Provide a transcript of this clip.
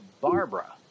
Barbara